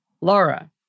Laura